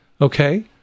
Okay